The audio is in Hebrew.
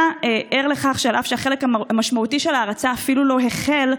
אתה ער לכך שאף שהחלק המשמעותי של ההרצה אפילו לא החל,